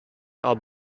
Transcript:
are